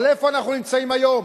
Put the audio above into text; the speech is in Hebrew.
אבל איפה אנחנו נמצאים היום?